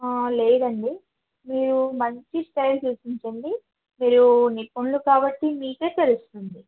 లేదండి మీరు మంచి స్టైల్ చూపించండి మీరు నిపుణులు కాబట్టి మీకు తెలుస్తుంది